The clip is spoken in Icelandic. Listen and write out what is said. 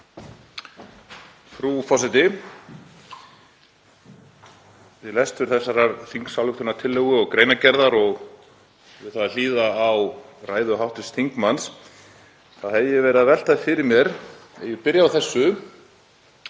Frú forseti. Við lestur þessarar þingsályktunartillögu og greinargerðar og við það að hlýða á ræðu hv. þingmanns hef ég verið að velta fyrir mér að byrja á þessu: